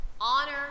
Honor